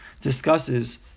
discusses